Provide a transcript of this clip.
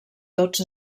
tots